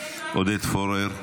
עודד פורר,